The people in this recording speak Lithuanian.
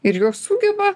ir juos sugeba